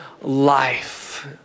life